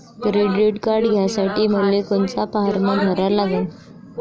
Credit card घ्यासाठी मले कोनचा फारम भरा लागन?